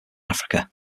africa